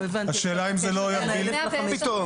מה פתאום?